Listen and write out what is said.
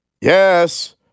yes